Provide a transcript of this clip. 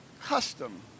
custom